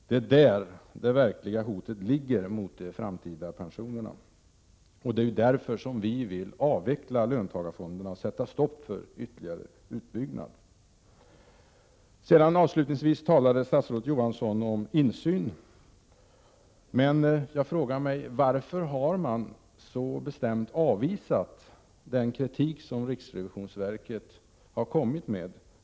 Det är där det verkliga hotet mot de framtida pensionerna finns, och det är därför som vi vill avveckla löntagarfonderna och sätta stopp för en ytterligare utbyggnad. Avslutningsvis talade statsrådet Johansson om insyn. Jag frågar mig: Varför har man så bestämt avvisat den kritik som riksrevisionsverket har kommit med?